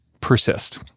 persist